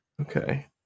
Okay